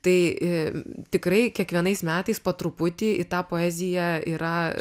tai tikrai kiekvienais metais po truputį į tą poeziją yra